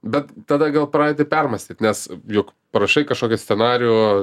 bet tada gal pradedi permąstyt nes juk parašai kažkokį scenarijų